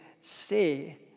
say